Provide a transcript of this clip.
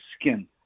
skin